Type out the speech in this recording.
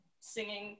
singing